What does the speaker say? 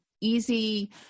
easy